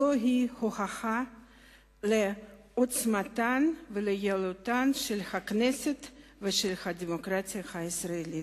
זוהי הוכחה לעוצמתן וליעילותן של הכנסת ושל הדמוקרטיה הישראלית.